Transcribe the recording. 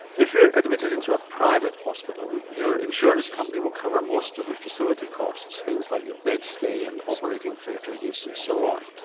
if you're admitted into a private hospital, your insurance company will cover most of the facility costs, things like your bed stay and operating theatre use and so on.